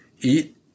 eat